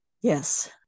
Yes